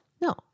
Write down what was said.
No